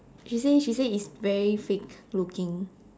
she say she say it's very fake looking